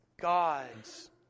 God's